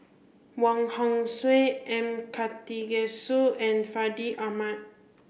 Wong Hong Suen M Karthigesu and Fandi Ahmad